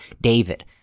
david